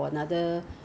some are like um